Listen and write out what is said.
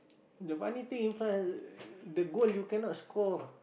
the funny think in France the goal you cannot score